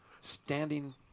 standing